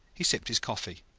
he sipped his coffee.